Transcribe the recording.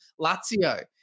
Lazio